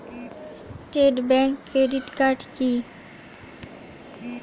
Trust bank credit card কি?